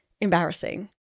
embarrassing